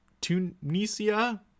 Tunisia